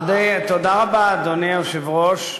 אדוני היושב-ראש,